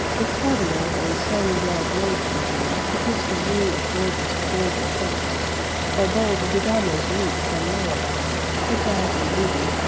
if cardinals in sun-blood robes were here to kiss the ring of gorgeous borgia popes or bold de gama's loot from malabar topaz and ruby,